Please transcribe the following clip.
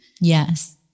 Yes